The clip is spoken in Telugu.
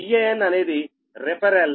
Van అనేది రిఫెరల్